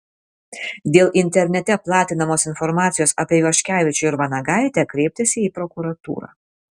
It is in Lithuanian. dėl internete platinamos informacijos apie ivaškevičių ir vanagaitę kreiptasi į prokuratūrą